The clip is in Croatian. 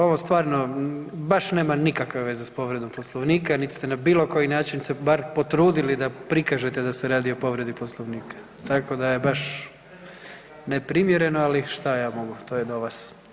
Ovo stvarno baš nema nikakve veze s povredom Poslovnika, nit ste na bilo koji način se bar potrudili da prikažete da se radi o povredi Poslovnika, tako da je baš neprimjereno, ali šta ja mogu, to je do vas.